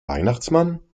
weihnachtsmann